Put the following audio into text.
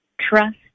trust